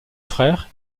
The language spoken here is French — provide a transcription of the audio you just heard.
frère